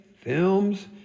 films